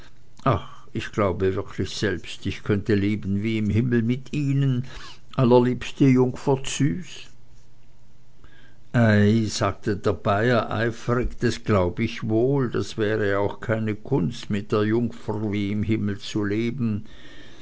ach ich glaube wirklich selbst ich könnte leben wie im himmel mit ihnen allerliebste jungfer züs ei sagte der bayer eifrig das glaub ich wohl das wäre auch keine kunst mit der jungfer wie im himmel zu leben